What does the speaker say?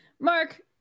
Mark